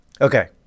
Okay